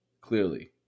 clearly